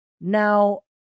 Now